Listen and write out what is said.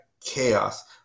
chaos